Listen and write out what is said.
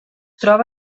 troba